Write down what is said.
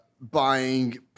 buying